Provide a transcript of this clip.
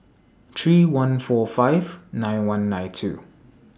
three one four five nine one nine two